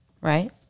Right